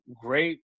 Great